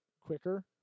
quicker